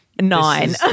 nine